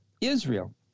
Israel